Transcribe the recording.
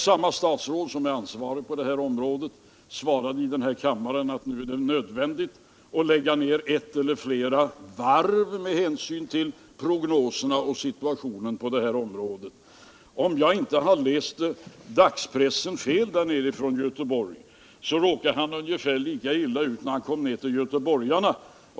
Samma statsråd sade här i kammaren att det nu är nödvändigt att lägga ner ett eller flera varv med hänsyn till prognoserna för och situationen på det här området. Om jag inte läst Göteborgspressen fel råkade han ungefär lika illa ut när han kom ner till göteborgarna.